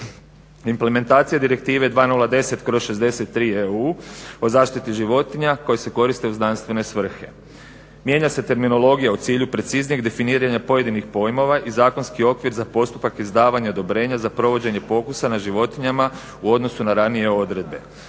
implementacija Direktive 2010/63 EU o zaštiti životinja koje se koriste u znanstvene svrhe. Mijenja se terminologija u cilju preciznijeg definiranja pojedinih pojmova i zakonski okvir za postupak izdavanja odobrenja za provođenje pokusa na životinjama u odnosu na ranije odredbe.